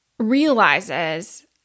realizes